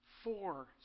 four